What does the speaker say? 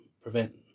prevent